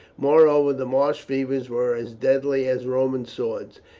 moreover, the marsh fevers were as deadly as roman swords,